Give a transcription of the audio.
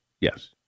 Yes